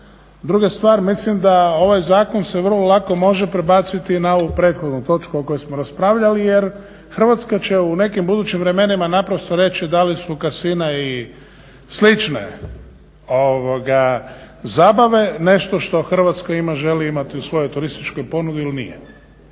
Druga stvar, mislim da ovaj zakon se vrlo lako može prebaciti i na ovu prethodnu točku o kojoj smo raspravljali jer Hrvatska će u nekim budućim vremenima naprosto reći da li su casina i slične zabave nešto što Hrvatska ima, želi imati u svojoj turističkoj ponudi ili nije.